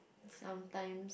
sometimes